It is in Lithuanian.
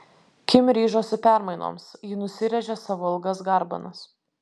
kim ryžosi permainoms ji nusirėžė savo ilgas garbanas